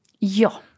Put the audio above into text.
Ja